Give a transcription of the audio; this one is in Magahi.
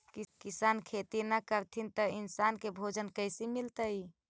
किसान खेती न करथिन त इन्सान के भोजन कइसे मिलतइ?